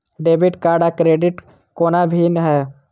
Debit card आ credit कोना भिन्न है?